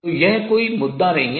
तो यह कोई issue मुद्दा नहीं है